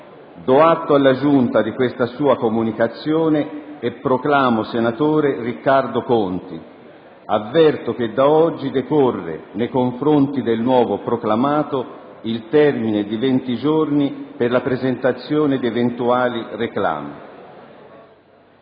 Do atto alla Giunta di questa sua comunicazione e proclamo senatore Riccardo Conti. Avverto che da oggi decorre nei confronti del nuovo proclamato il termine di 20 giorni per la presentazione di eventuali reclami.